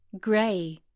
gray